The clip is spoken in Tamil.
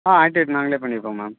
ஆ ஆக்டிவேட் நாங்களே பண்ணிடுறோம் மேம்